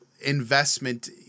investment